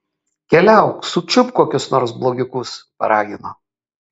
keliauk sučiupk kokius nors blogiukus paragino